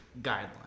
guidelines